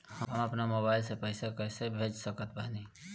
हम अपना मोबाइल से पैसा कैसे भेज सकत बानी?